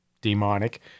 demonic